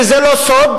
וזה לא סוד,